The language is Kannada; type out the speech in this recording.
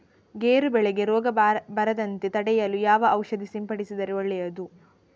ಗೇರು ಬೆಳೆಗೆ ರೋಗ ಬರದಂತೆ ತಡೆಯಲು ಯಾವ ಔಷಧಿ ಸಿಂಪಡಿಸಿದರೆ ಒಳ್ಳೆಯದು?